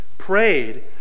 prayed